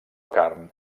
carn